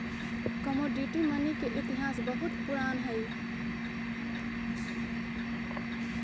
commodity money के इतिहास बहुते पुरान हइ